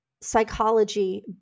psychology